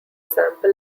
sample